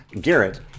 Garrett